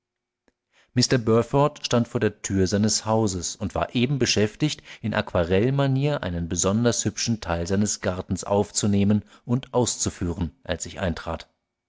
mr burford stand vor der tür seines hauses und war eben beschäftigt in aquarell manier einen besonders hübschen teil seines gartens aufzunehmen und auszuführen als ich eintrat